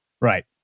Right